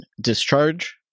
Discharge